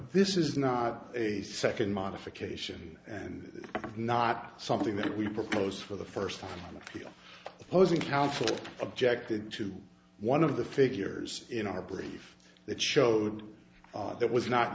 this is not a second modification and not something that we propose for the first time the opposing counsel objected to one of the figures in our brief that showed that was not